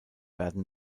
werden